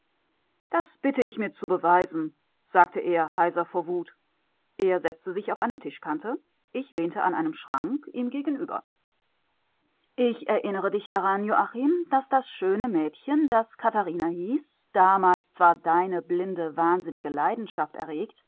das bitte ich mir zu beweisen sagte er heiser vor wut er setzte sich auf eine tischkante ich lehnte an einem schrank ihm gegenüber ich erinnere dich daran joachim daß das schöne mädchen das katharina hieß damals zwar deine blinde wahnsinnige leidenschaft erregt